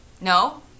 no